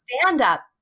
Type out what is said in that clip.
stand-up